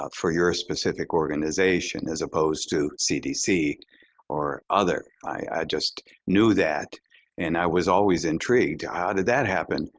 ah for your specific organization as opposed to cdc or other. i just knew that and i was always intrigued. how did that happen?